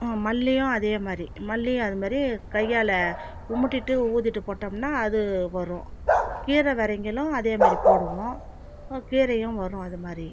மல்லியும் அதே மாதிரி மல்லி அது மாதிரி கையால் உமுட்டிவிட்டு ஊதிவிட்டு போட்டோம்னால் அது வரும் கீரை வெதைங்களும் அதே மாரி போடுவோம் கீரையும் வரும் அது மாதிரி